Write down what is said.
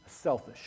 selfish